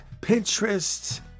Pinterest